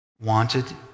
wanted